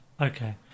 Okay